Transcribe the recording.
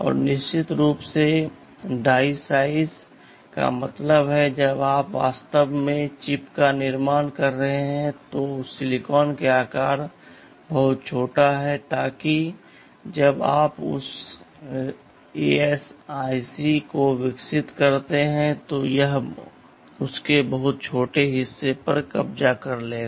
और निश्चित रूप से डाई साइज का मतलब है जब आप वास्तव में चिप का निर्माण कर रहे हैं तो उस सिलिकॉन का आकार बहुत छोटा है ताकि जब आप उस ASIC को विकसित करते हैं तो यह उसके बहुत छोटे हिस्से पर कब्जा कर लेगा